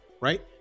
right